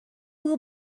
will